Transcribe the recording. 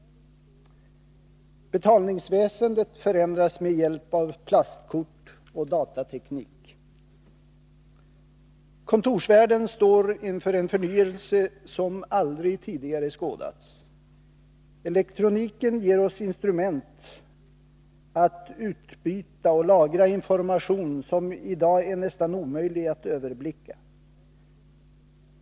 Betalningsväsendet förändras med hjälp av plastkort och datateknik. Kontorsvärlden står inför en förnyelse som aldrig tidigare skådats. Elektroniken ger oss instrument att utbyta och lagra information som i dag är nästan omöjlig att överblicka.